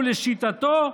ולשיטתו,